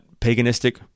paganistic